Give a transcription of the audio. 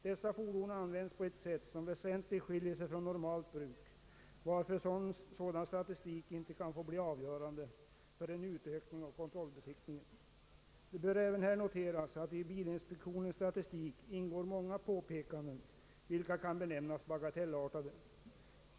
Dessa fordon används på ett sätt som väsentligt skiljer sig från normalt bruk, varför sådan statistik inte kan få bli avgörande för en utökning av kontrollbesiktningen. Det bör även noteras att i bilinspektionens statistik ingår många påpekanden, vilka kan benämnas bagatellartade.